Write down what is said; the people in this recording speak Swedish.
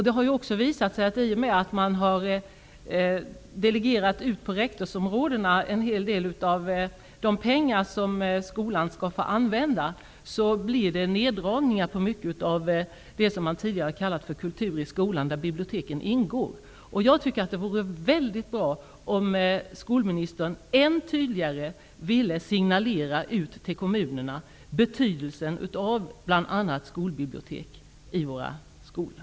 Det har också visat sig att när man till rektorsområdena har delegerat en hel del av de pengar skolan skall få använda blir det neddragningar på mycket av det som tidigare har kallats för kultur i skolan, där bibilioteken ingår. Det vore mycket bra om skolministern än tydligare signalerade till kommunerna betydelsen av bl.a. kolbibliotek i våra skolor.